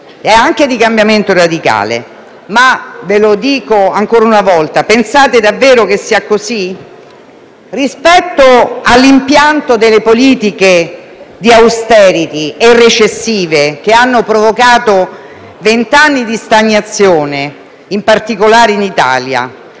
e anche di cambiamento radicale, ma - ve lo dico ancora una volta - pensate davvero che sia così? Le politiche di *austerity* e recessive hanno provocato vent'anni di stagnazione, in particolare in Italia